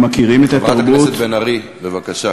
הם מכירים את התרבות, חברת הכנסת בן ארי, בבקשה.